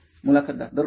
मुलाखतदार दररोज